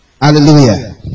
Hallelujah